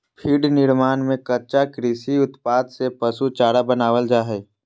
feed निर्माण में कच्चा कृषि उत्पाद से पशु चारा बनावल जा हइ